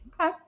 Okay